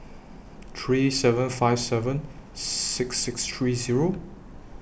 three seven five seven six six three Zero